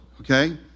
okay